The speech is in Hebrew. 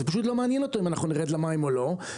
פשוט לא מעניין אותו אם אנחנו נרד למים או לא,